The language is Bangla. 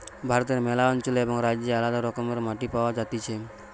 ভারতে ম্যালা অঞ্চলে এবং রাজ্যে আলদা রকমের মাটি পাওয়া যাতিছে